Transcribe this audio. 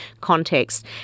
context